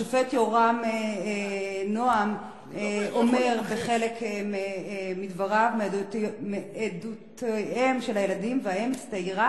השופט יורם נועם אומר בחלק מדבריו: "מעדותיהם של הילדים והאם הצטיירה